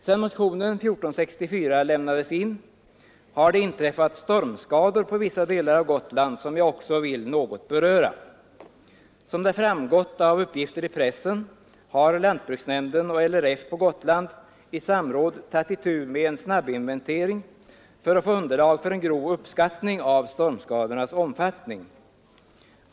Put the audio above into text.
Sedan motionen 1464 väcktes har det på vissa delar av Gotland inträffat stormskador som jag också vill något beröra. Som framgått av uppgifter i pressen har lantbruksnämnden och LRF på Gotland i samråd tagit itu med en snabbinventering för att få underlag för en grov uppskattning av stormskadornas omfattning.